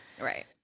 Right